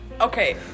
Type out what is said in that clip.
Okay